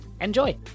Enjoy